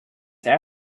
this